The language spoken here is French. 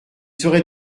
serait